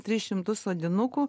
tris šimtus sodinukų